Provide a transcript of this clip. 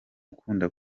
ukunda